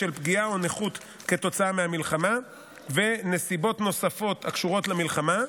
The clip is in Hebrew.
בשל פגיעה או נכות כתוצאה מהמלחמה ונסיבות נוספות הקשורות למלחמה.